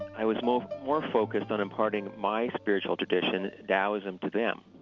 i was most more focused on imparting my spiritual tradition, taoism, to them.